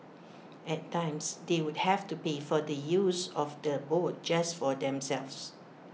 at times they would have to pay for the use of the boat just for themselves